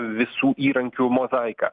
visų įrankių mozaiką